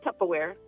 Tupperware